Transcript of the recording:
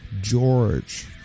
George